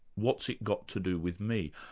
what's it got to do with me?